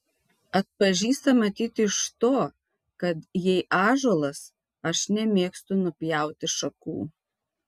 atpažįsta matyt iš to kad jei ąžuolas aš nemėgstu nupjauti šakų